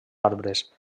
arbres